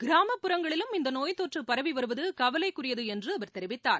கிராமப்புறங்களிலும் இந்தநோய் தொற்றுபரவிவருவதுகவலைக்குரியதுஎன்றுஅவர் தெரிவித்தார்